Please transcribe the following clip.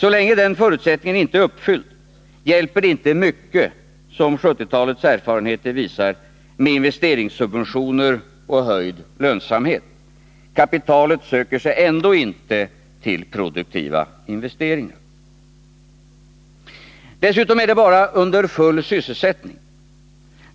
Så länge den förutsättningen inte är uppfylld, hjälper det inte mycket, som 1970-talets erfarenheter visar, med investeringssub ventioner och höjd lönsamhet. Kapitalet söker sig ändå inte till produktiva investeringar. Dessutom är det bara under full sysselsättning